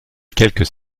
quelques